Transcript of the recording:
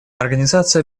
организация